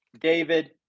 David